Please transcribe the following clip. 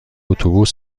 اتوبوس